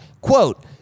Quote